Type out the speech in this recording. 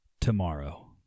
tomorrow